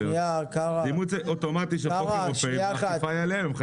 אימוץ אוטומטי של חוק אירופי האכיפה היא עליהם,